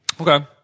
Okay